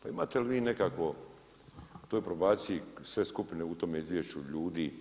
Pa imate li vi nekakvo u toj probaciji sve skupine u tome izvješću ljudi